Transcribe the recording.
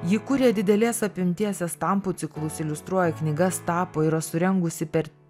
ji kuria didelės apimties estampų ciklus iliustruoja knygas tapo yra surengusi per